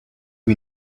you